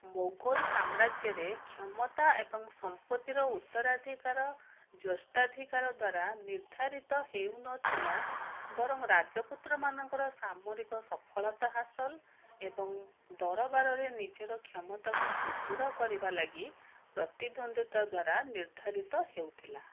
ମୋଗଲ ସାମ୍ରାଜ୍ୟରେ କ୍ଷମତା ଏବଂ ସମ୍ପତ୍ତିର ଉତ୍ତରାଧିକାର ଜ୍ୟେଷ୍ଠାଧିକାର ଦ୍ୱାରା ନିର୍ଦ୍ଧାରିତ ହେଉନଥିଲା ବରଂ ରାଜପୁତ୍ରମାନଙ୍କର ସାମରିକ ସଫଳତା ହାସଲ ଏବଂ ଦରବାରରେ ନିଜର କ୍ଷମତାକୁ ସୁଦୃଢ଼ କରିବା ଲାଗି ପ୍ରତିଦ୍ୱନ୍ଦ୍ୱିତା ଦ୍ୱାରା ନିର୍ଦ୍ଧାରିତ ହେଉଥିଲା